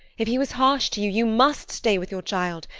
if he was harsh to you, you must stay with your child.